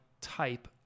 type